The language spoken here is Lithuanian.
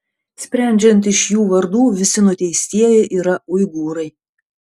sprendžiant iš jų vardų visi nuteistieji yra uigūrai